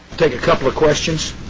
like a couple of questions